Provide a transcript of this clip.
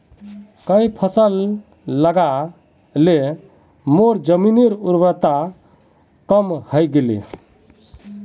कई फसल लगा ल मोर जमीनेर उर्वरता कम हई गेले